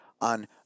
on